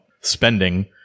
spending